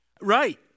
Right